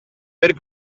per